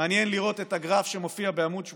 מעניין לראות את הגרף שמופיע בעמ' 18,